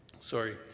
Sorry